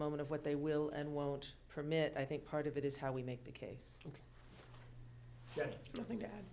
moment of what they will and won't permit i think part of it is how we make the case i think